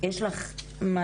יש לך מה